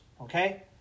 okay